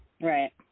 Right